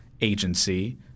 agency